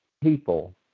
people